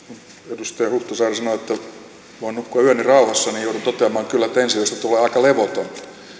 edustaja huhtasaari sanoi että voin nukkua yöni rauhassa niin joudun toteamaan kyllä että ensi yöstä tulee aika levoton